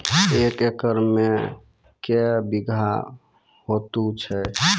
एक एकरऽ मे के बीघा हेतु छै?